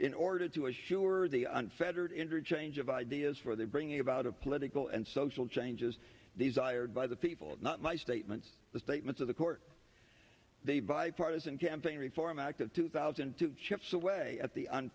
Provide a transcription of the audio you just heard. in order to assure the unfettered interchange of ideas for their bringing about a political and social changes the zire by the people not my statements the statements of the court they via partisan campaign reform act of two thousand and two chips away at the